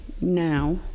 now